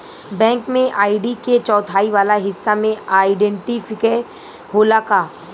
Bank में ID के चौथाई वाला हिस्सा में आइडेंटिफैएर होला का?